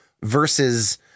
versus